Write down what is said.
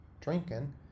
drinking